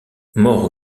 mor